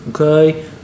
Okay